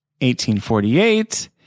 1848